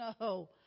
no